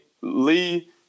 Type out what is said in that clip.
Lee